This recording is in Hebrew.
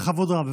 בכבוד רב.